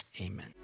amen